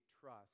trust